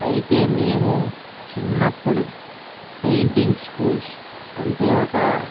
అయితే మేము చిన్నప్పుడు పెయింటింగ్ స్కూల్స్ అంటే ఒక